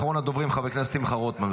אחרון הדוברים, חבר הכנסת שמחה רוטמן,